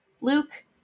Luke